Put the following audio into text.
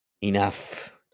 Enough